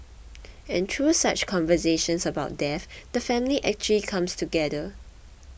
and through such conversations about death the family actually comes together